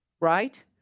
Right